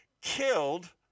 killed –